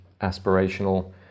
aspirational